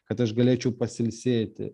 kad aš galėčiau pasiilsėti